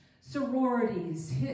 sororities